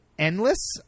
endless